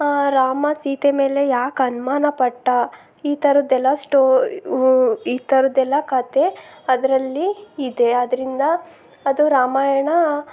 ರಾಮ ಸೀತೆ ಮೇಲೆ ಯಾಕೆ ಅನುಮಾನ ಪಟ್ಟ ಈ ಥರದ್ದೆಲ್ಲ ಸ್ಟೋ ಈ ಥರದ್ದೆಲ್ಲ ಕಥೆ ಅದರಲ್ಲಿ ಇದೆ ಅದರಿಂದ ಅದು ರಾಮಾಯಣ